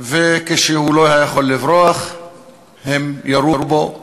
וכשהוא לא היה יכול לברוח הם ירו בו.